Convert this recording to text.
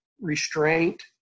restraint